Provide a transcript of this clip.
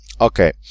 Okay